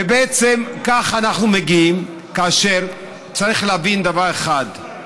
ובעצם כך אנחנו מגיעים, צריך להבין דבר אחד,